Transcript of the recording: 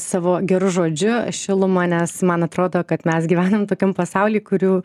savo geru žodžiu šiluma nes man atrodo kad mes gyvenam tokiam pasauly kurių